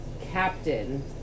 captain